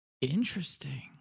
Interesting